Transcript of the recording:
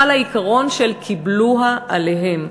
חל העיקרון של "קיבלוה עליהם".